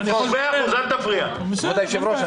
שאני יכול --- כבוד היושב-ראש,